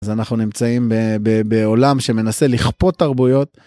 אז אנחנו נמצאים בעולם שמנסה לכפות תרבויות.